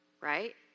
right